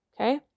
Okay